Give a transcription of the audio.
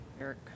Eric